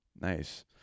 Nice